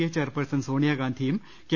A chairperson സോണിയാഗാന്ധിയും K